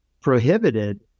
prohibited